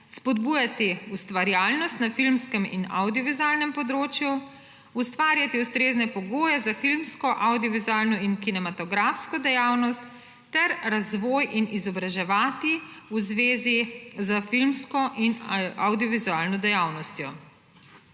spodbujati ustvarjalnost na filmskem in avdiovizualnem področju, ustvarjati ustrezne pogoje za filmsko, avdiovizualno in kinematografsko dejavnost ter razvoj in izobraževati v zvezi s filmsko in avdiovizualno dejavnostjo.